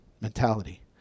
mentality